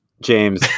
James